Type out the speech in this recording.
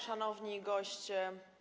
Szanowni Goście!